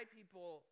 people